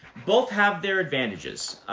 both have their advantages.